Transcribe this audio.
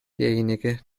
derjenige